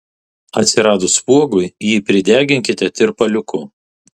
atsiradus spuogui jį prideginkite tirpaliuku